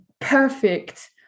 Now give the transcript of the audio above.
perfect